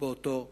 באותו חוק.